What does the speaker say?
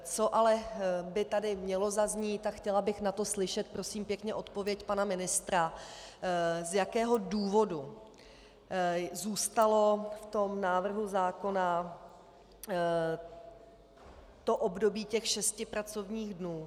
Co ale by tady mělo zaznít a chtěla bych na to slyšet prosím pěkně odpověď pana ministra, z jakého důvodu zůstalo v tom návrhu zákona období šesti pracovních dnů.